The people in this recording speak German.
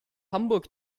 hamburg